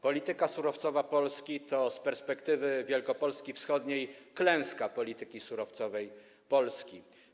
Polityka surowcowa Polski to z perspektywy Wielkopolski wschodniej klęska polityki surowcowej Polski.